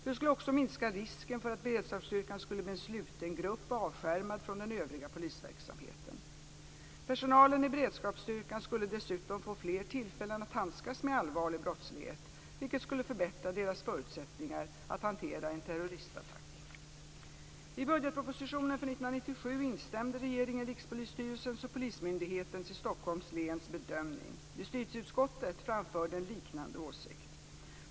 Det skulle också minska risken för att beredskapsstyrkan skulle bli en sluten grupp, avskärmad från den övriga polisverksamheten. Personalen i beredskapsstyrkan skulle dessutom få fler tillfällen att handskas med allvarlig brottslighet, vilket skulle förbättra deras förutsättningar att hantera en terroristattack. Stockholms läns bedömning. Justitieutskottet framförde en liknande åsikt .